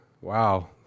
Wow